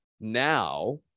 now